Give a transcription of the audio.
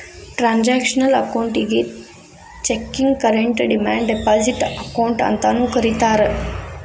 transactional ಅಕೌಂಟಿಗಿ checking current demand deposit account ಅಂತಾನೂ ಕರಿತಾರಾ